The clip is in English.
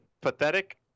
pathetic